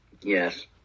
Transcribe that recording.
Yes